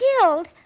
killed